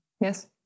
Yes